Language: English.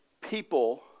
people